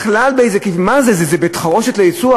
בכלל, מה זה, זה בית-חרושת לייצור?